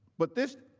but this,